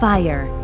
Fire